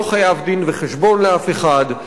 לא חייב דין-וחשבון לאף אחד,